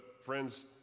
friends